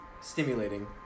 stimulating